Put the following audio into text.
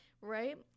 Right